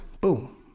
Boom